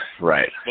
right